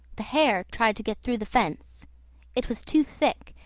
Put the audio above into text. the hare tried to get through the fence it was too thick,